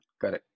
correct